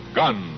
gun